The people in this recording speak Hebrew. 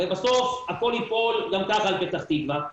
הרי בסוף הכול ייפול גם ככה על פתח תקווה,